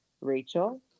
Rachel